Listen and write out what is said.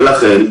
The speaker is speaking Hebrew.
לכן,